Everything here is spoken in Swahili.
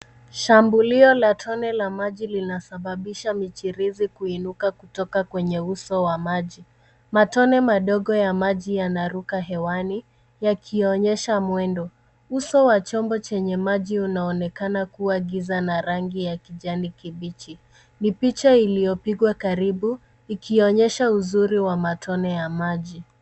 Shambulio la tone la maji linasababisha michirizi kuinuka kutoka kwenye uso wa maji. Matone madogo ya maji yanaruka hewani yakionyesha mwendo. Uso wa chombo chenye maji unaonekana kuwa giza na rangi la kijani kibichi. Ni picha iliyopigwa karibu ikionyesha uzuri ya matone ya maji.